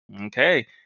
Okay